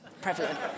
prevalent